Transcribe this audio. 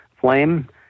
flame